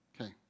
Okay